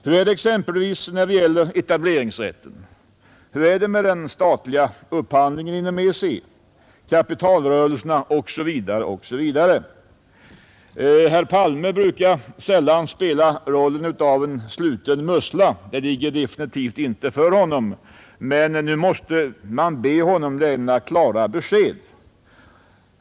Hur ser det exempelvis ut när det gäller etableringsrätten, den statliga upphandlingen inom EEC, kapitalrörelserna osv.? Herr Palme brukar sällan spela rollen av en sluten mussla — det ligger definitivt inte för honom — men nu måste man be honom lämna klara besked.